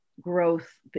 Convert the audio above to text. growth